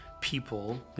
people